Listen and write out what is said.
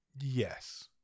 Yes